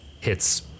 hits